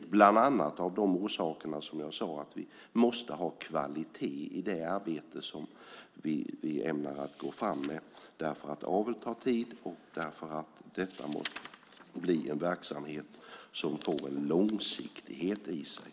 Det är bland annat av de orsaker jag nämnde. Vi måste ha kvalitet i det arbete som vi ämnar gå fram med. Avel tar tid. Detta måste bli en verksamhet som får en långsiktighet i sig.